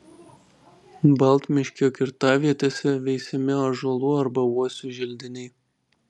baltmiškio kirtavietėse veisiami ąžuolų arba uosių želdiniai